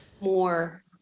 more